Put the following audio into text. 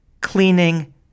cleaning